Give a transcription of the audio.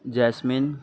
jasmine